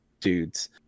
dudes